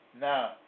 Now